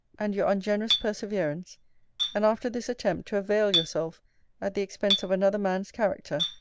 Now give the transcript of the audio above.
and your ungenerous perseverance and after this attempt to avail yourself at the expense of another man's character,